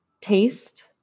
taste